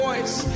Voice